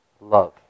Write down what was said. love